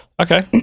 Okay